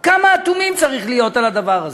כמה אטומים צריכים להיות על הדבר הזה?